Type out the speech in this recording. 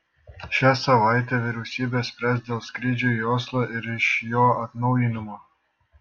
šią savaitę vyriausybė spręs dėl skrydžių į oslą ir iš jo atnaujinimo